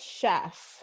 chef